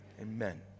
amen